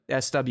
SW